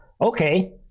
Okay